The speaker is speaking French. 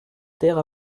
terres